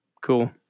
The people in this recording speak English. cool